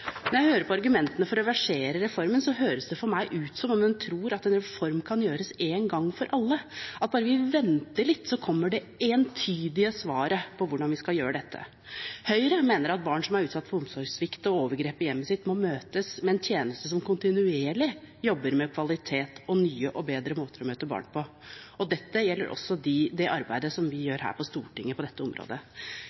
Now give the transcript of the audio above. Når jeg hører på argumentene for å reversere reformen, høres det for meg ut som om hun tror at en reform kan gjøres én gang for alle, at bare vi venter litt så kommer det entydige svaret på hvordan vi skal gjøre dette. Høyre mener at barn som er utsatt for omsorgssvikt og overgrep i hjemmet sitt, må møtes med en tjeneste som kontinuerlig jobber med kvalitet og nye og bedre måter å møte barn på. Det gjelder også det arbeidet vi gjør her på Stortinget på dette området. Vi